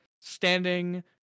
standing